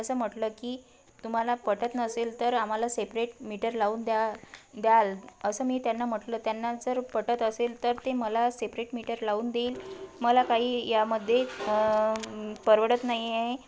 असं म्हटलं की तुम्हाला पटत नसेल तर आम्हाला सेपरेट मीटर लावून द्या द्याल असं मी त्यांना म्हटलं त्यांना जर पटत असेल तर ते मला सेपरेट मीटर लावून देईल मला काही यामध्ये परवडत नाही आहे